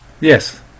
Yes